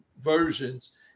versions